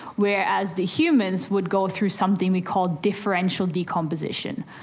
whereas the humans would go through something we call differential decomposition.